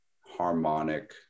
harmonic